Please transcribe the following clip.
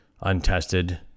untested